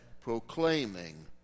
proclaiming